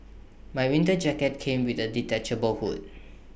my winter jacket came with A detachable hood